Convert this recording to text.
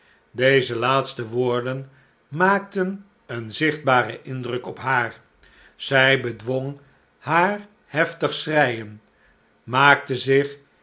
deze laatste woorden maakten een zichtbaren indruk op haar zij bedwonghaarheftigschreien maakte zich